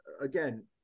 Again